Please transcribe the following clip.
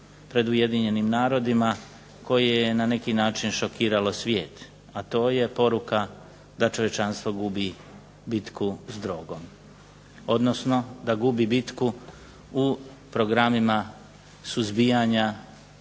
pred Ujedinjenim narodima koje je na neki način šokiralo svijet, a to je poruka da čovječanstvo gubi bitku s drogom, odnosno da gubi bitku u programima suzbijanja